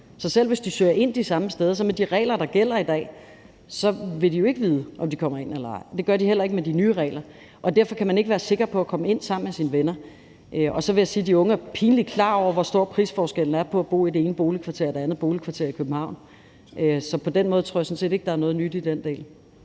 Så selv hvis de søger ind de samme steder, vil de jo ikke med de regler, der gælder i dag, kunne vide, om de kommer ind eller ej. Det gør de heller ikke med de nye regler. Derfor kan man ikke være sikker på at komme ind samme sted som ens venner. Så vil jeg også sige, at de unge er pinligt klar over, hvor stor prisforskellen er på at bo i det ene boligkvarter i forhold til det andet boligkvarter i København. Så på den måde tror jeg sådan set ikke der er noget nyt i forhold